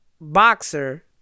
boxer